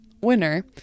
winner